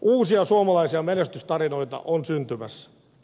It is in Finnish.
uusia suomalaisia menestystarinoita on syntymässä